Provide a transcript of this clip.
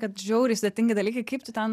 kad žiauriai sudėtingi dalykai kaip tu ten